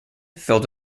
filled